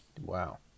Wow